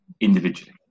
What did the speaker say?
individually